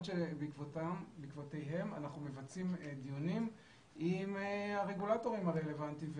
שבעקבותיהם אנחנו מבצעים דיונים עם הרגולטורים הרלוונטיים.